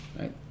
right